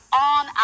on